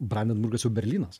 brandenburgas jau berlynas